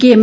K M